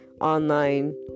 online